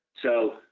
so,